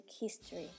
history